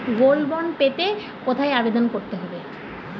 Gold bond পেতে কোথায় আবেদন করতে হবে?